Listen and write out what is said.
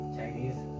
Chinese